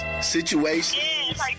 situations